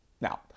Now